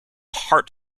heart